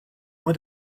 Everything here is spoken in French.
mois